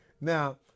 Now